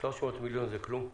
300 מיליון זה כלום.